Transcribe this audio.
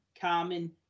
common